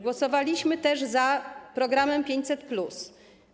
Głosowaliśmy też za programem 500+.